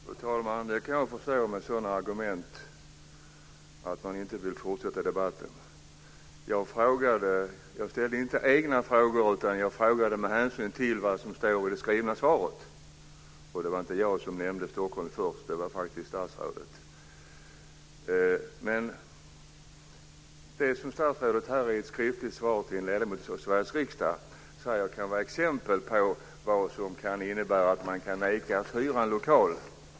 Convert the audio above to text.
Fru talman! Det kan jag förstå. Med sådana argument förstår jag att man inte vill fortsätta debatten. Jag ställde inte egna frågor utan jag frågade med anledning av det som står i det skrivna svaret. Och det var inte jag som nämnde Stockholm först, det var faktiskt statsrådet. Det som statsrådet i ett skriftligt svar till en ledamot av Sveriges riksdag säger kan vara exempel på vad som kan vara orsak till att man nekas hyra en lokal.